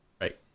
Right